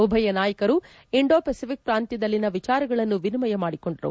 ಉಭಯ ನಾಯಕರು Indo Pacific ಪ್ರಾಂತ್ಯದಲ್ಲಿನ ವಿಚಾರಗಳನ್ನು ವಿನಿಮಯ ಮಾಡಿಕೊಂಡರು